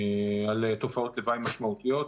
על תופעות לוואי משמעותיות.